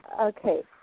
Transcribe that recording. okay